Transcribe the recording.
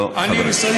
לא, חברים.